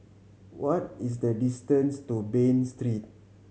what is the distance to Bain Street